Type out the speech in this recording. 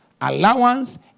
allowance